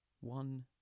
one